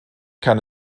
kann